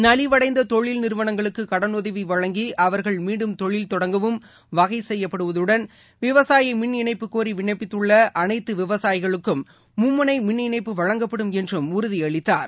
நலிவடைந்தொழில் நிறுவனங்களுக்குடனுதவிவழங்கி அவா்கள் மீண்டும் தொழில் தொடங்க வகைசெய்யப்படுவதுடன் விவசாயமின் இணைப்பு கோரிவிண்ணப்பித்துள்ளஅனைத்துவிவசாயிகளுக்கும் மும்முனைமின் இணைப்பு வழங்கப்படும் என்றும் உறுதியளித்தாா்